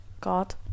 God